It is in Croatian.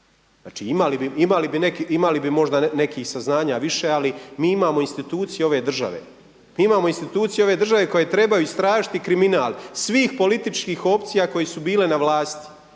neki, imali bi možda nekih saznanja više ali mi imamo institucije ove države, mi imamo institucije ove države koje trebaju istražiti kriminal svih političkih opcija koje su bile na vlasti.